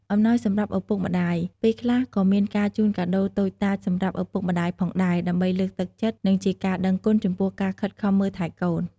អំណោយសម្រាប់ឪពុកម្ដាយ: ពេលខ្លះក៏មានការជូនកាដូតូចតាចសម្រាប់ឪពុកម្តាយផងដែរ ដើម្បីលើកទឹកចិត្ត និងជាការដឹងគុណចំពោះការខិតខំមើលថែកូន។